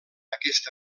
aquesta